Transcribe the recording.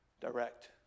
Direct